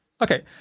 Okay